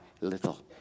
little